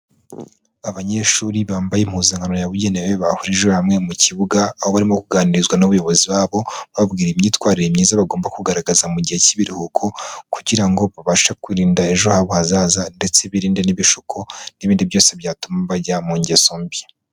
Abanyeshuri bambaye impuzankano yabugenewe bahurijwe hamwe mu kibuga, aho barimo kuganirizwa n'abayobozi babo bababwira imyitwarire myiza bagomba kugaragaza mu gihe cy'ibiruhuko, kugira ngo babashe kwirinda ejo habo hazaza, ndetse birinde n'ibishuko, n'ibindi byose byatuma bajya mu ngeso mbi.